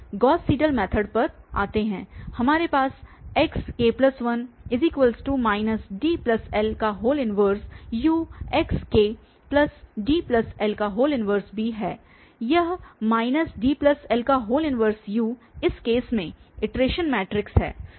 Gauss Seidel method पर आते हैं हमारे पास xk1 DL 1UxkDL 1b है यह DL 1U इस केस में इटरेशन मैट्रिक्स है